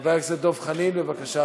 חבר הכנסת דב חנין, בבקשה,